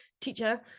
teacher